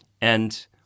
And-